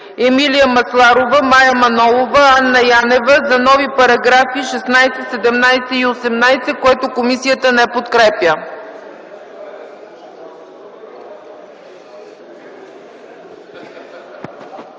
Емилия Масларова, Мая Манолова, Анна Янева за нови параграфи 16, 17 и 18, което комисията не подкрепя.